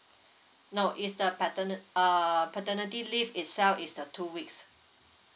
no it's the paternit~ err paternity leave itself is the two weeks